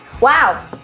Wow